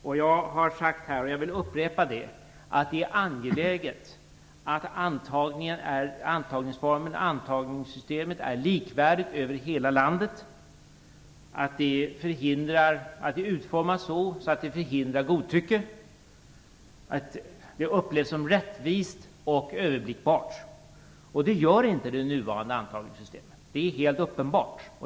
Jag har här tidigare sagt, och jag vill upprepa det, att det är angeläget att antagningssystemet är likvärdigt över hela landet, att det utformas så att det förhindrar godtycke och att det upplevs som rättvist och överblickbart, och så är inte fallet med det nuvarande antagningssystemet. Det är helt uppenbart.